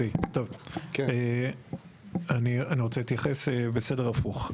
טוב, אני רוצה להתייחס בסדר הפוך.